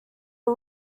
are